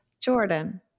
jordan